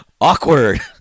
Awkward